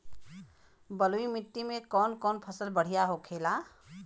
बलुई मिट्टी में कौन कौन फसल बढ़ियां होखेला?